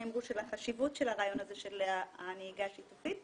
על החשיבות של הרעיון הזה של נהיגה שיתופית,